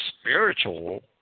spiritual